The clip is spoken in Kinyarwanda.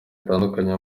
bitandukanye